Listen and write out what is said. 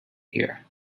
here